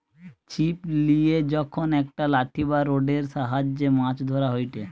ছিপ লিয়ে যখন একটা লাঠি বা রোডের সাহায্যে মাছ ধরা হয়টে